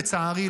לצערי,